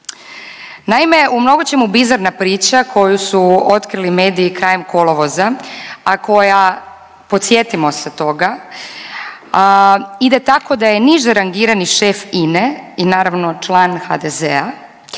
Naime u mnogočemu bizarna priča koju su otkrili mediji krajem kolovoza, a koja podsjetimo se toga idemo tako da je niže rangirani šef INA-e i naravno član HDZ-a